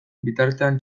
bitartean